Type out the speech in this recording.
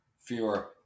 fewer